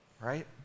Right